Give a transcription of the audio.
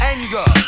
Anger